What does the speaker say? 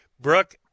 Brooke